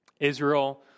Israel